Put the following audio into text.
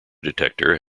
detector